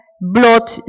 blood